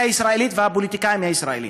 הישראלית והפוליטיקאים הישראלים,